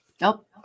nope